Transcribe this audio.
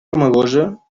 romagosa